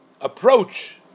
approach